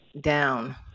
down